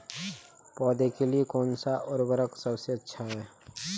पौधों के लिए कौन सा उर्वरक सबसे अच्छा है?